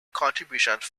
contributions